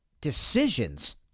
decisions